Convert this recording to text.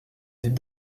des